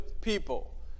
people